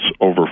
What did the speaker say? over